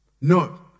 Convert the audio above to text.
No